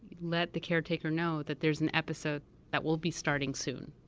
let the caretaker know that there's an episode that will be starting soon,